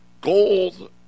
Gold